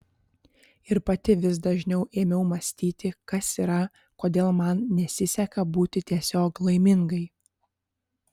ir pati vis dažniau ėmiau mąstyti kas yra kodėl man nesiseka būti tiesiog laimingai